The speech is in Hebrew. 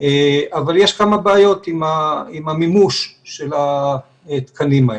אבל יש כמה בעיות עם המימוש של התקנים האלה.